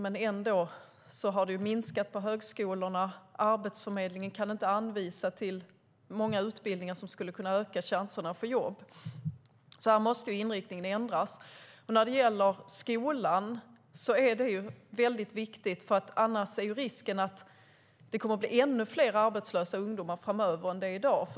Trots det har man minskat på högskolorna, och många utbildningar som skulle kunna öka chanserna att få jobb kan Arbetsförmedlingen inte hänvisa till. Inriktningen måste därför ändras. När det gäller skolan är detta väldigt viktigt. Annars är risken att det framöver blir ännu fler arbetslösa ungdomar än i dag.